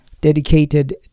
dedicated